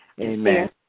Amen